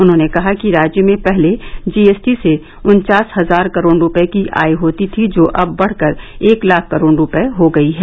उन्होंने कहा कि राज्य में पहले जीएसटी से उन्वास हजार करोड़ रूपये की आय होती थी जो अब बढ़कर एक लाख करोड़ रूपये हो गयी है